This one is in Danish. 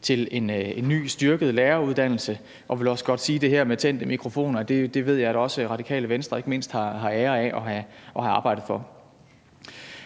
til en ny, styrket læreruddannelse, og jeg vil også godt sige her for tændte mikrofoner, at det ved jeg at ikke mindst Radikale Venstre også har æren for at have arbejdet for.